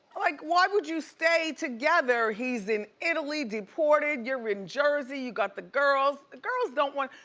like, why would you stay together? he's in italy deported, you're in jersey, you got the girls. girls don't want,